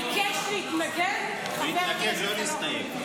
ביקש להתנגד, חבר הכנסת חנוך מלביצקי.